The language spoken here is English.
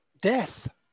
death